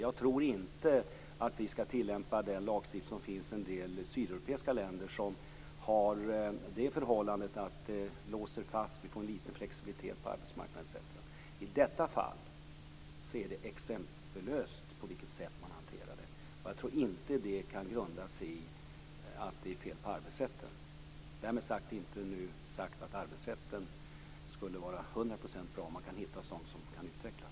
Jag tror inte att vi skall tillämpa den lagstiftning som finns i en del sydeuropeiska länder som har det förhållandet att arbetsmarknaden så att säga låses fast och man får en liten flexibilitet. I detta fall är det exempellöst på vilket sätt man hanterat det, och jag tror inte att det kan ha sin grund i att det är fel på arbetsrätten. Därmed nu inte sagt att arbetsrätten skulle vara 100 % bra. Man kan hitta sådant som kan utvecklas.